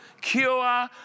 cure